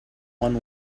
one